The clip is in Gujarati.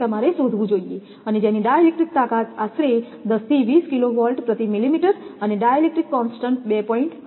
જે તમારે શોધવું જોઈએ અને જેની ડાઇ ઇલેક્ટ્રિક તાકાત આશરે 10 થી 20 કિલોવોલ્ટ પ્રતિ મિલીમીટર અને ડાઇ ઇલેક્ટ્રિક કોન્સ્ટન્ટ 2